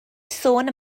sôn